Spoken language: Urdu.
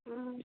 ہوں